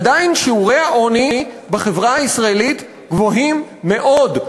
עדיין שיעורי העוני בחברה הישראלית גבוהים מאוד,